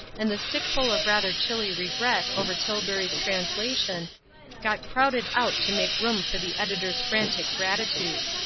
and the stickful of rather chilly regret over tilbury's translation got crowded out to make room for the editor's frantic gratitude.